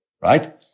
right